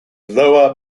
lower